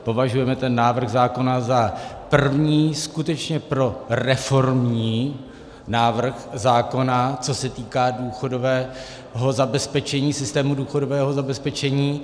Považujeme návrh zákona za první skutečně proreformní návrh zákona, co se týká důchodového zabezpečení, systému důchodového zabezpečení.